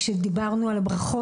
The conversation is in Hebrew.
כשדיברנו על הברכות,